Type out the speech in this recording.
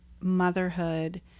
motherhood